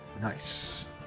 Nice